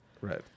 Right